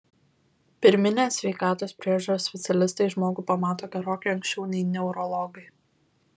pirminės sveikatos priežiūros specialistai žmogų pamato gerokai anksčiau nei neurologai